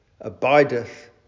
abideth